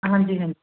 ਹਾਂਜੀ ਹਾਂਜੀ